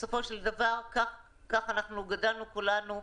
בסופו של דבר כך גדלנו כולנו,